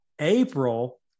April